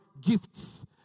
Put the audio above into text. Gifts